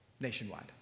nationwide